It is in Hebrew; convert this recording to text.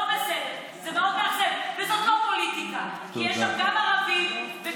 אני אומרת לך: זה לא יפה, זה לא ראוי, באמת.